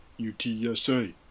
UTSA